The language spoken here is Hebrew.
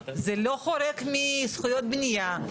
זה לא חורג מזכויות בנייה,